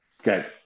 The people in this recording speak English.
Okay